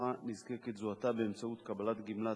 משפחה נזקקת זוהתה באמצעות קבלת גמלת